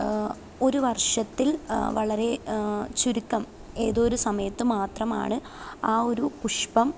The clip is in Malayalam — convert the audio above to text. ഒരു വർഷത്തിൽ വളരെ ചുരുക്കം ഏതോ ഒരു സമയത്ത് മാത്രമാണ് ആ ഒരു പുഷ്പം